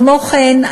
כמו כן,